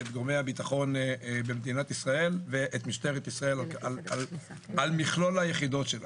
הביטחון במדינת ישראל ואת משטרת ישראל על מכלול היחידות שלה.